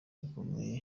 bukomeye